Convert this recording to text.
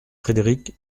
frédéric